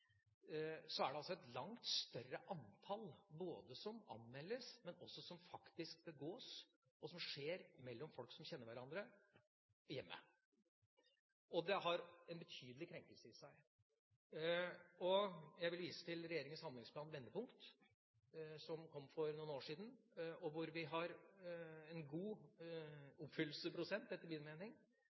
er det et langt større antall både som anmeldes, og som faktisk begås og skjer mellom folk som kjenner hverandre, i hjemmet. Det har en betydelig krenkelse i seg. Jeg vil vise til regjeringas handlingsplan Vendepunkt, som kom for noen år siden. Der har vi en god oppfyllelsesprosent, etter min mening,